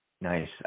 Nice